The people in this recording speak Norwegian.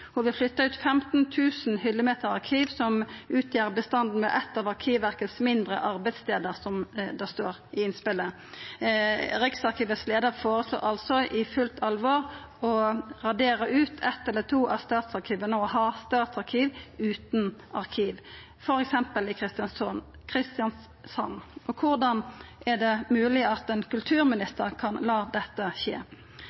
Ho vil flytta ut 15 000 hyllemeter arkiv som utgjer bestanden ved eitt av Arkivverkets mindre arbeidsstader, som det står i innspelet. Riksarkivets leiar føreslår altså i fullt alvor å radera ut eitt eller to av statsarkiva og ha statsarkiv utan arkiv, f.eks. i Kristiansand. Korleis er det mogleg at ein